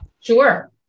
Sure